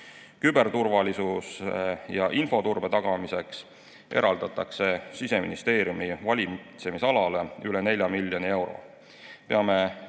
Küberturvalisuse ja infoturbe tagamiseks eraldatakse Siseministeeriumi valitsemisalale üle 4 miljoni euro. Peame pidevalt